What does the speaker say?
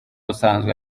usanzwe